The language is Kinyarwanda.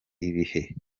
ibihe